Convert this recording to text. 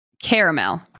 Caramel